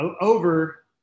over